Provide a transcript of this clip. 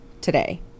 today